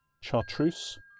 chartreuse